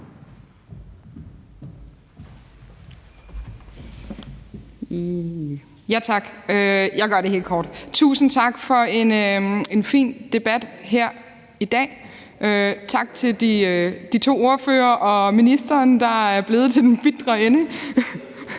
Tusind tak for en fin debat her i dag. Tak til de to ordførere og ministeren, der er blevet til den bitre ende.